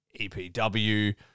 EPW